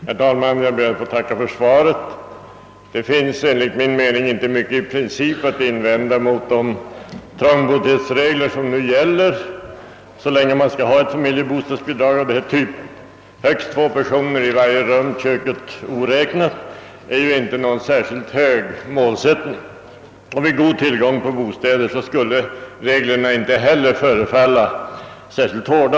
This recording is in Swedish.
Herr talman! Jag ber att få tacka för svaret. Det finns enligt min mening inte mycket i princip att invända mot de trångboddhetsregler som nu gäller så länge man skall ha familjebostadsbidrag av denna typ. Högst två personer i varje rum, köket oräknat, är inte någon speciellt hög målsättning. Vid god tillgång på bostäder skulle reglerna inte heller förefalla särskilt hårda.